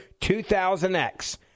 2000X